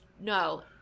No